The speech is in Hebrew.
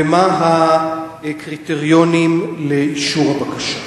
ומה הם הקריטריונים לאישור הבקשה?